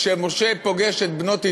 כשמשה פוגש את בנות יתרו,